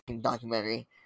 documentary